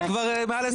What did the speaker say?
את מדברת מעל 10 דקות.